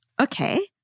okay